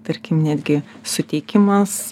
tarkim netgi suteikimas